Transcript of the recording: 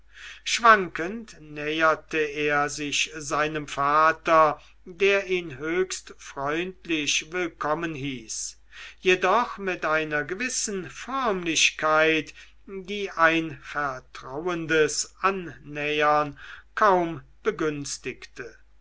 schwankend näherte er sich seinem vater der ihn höchst freundlich willkommen hieß jedoch mit einer gewissen förmlichkeit die ein vertrauendes annähern kaum begünstigte